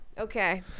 Okay